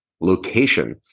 Location